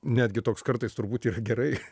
netgi toks kartais turbūt yra gerai